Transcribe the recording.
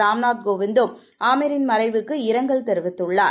ராம் நாத் கோவிந்தும் ஆமீரின் மறைவுக்கு இரங்கல் தெரிவித்துள்ளார்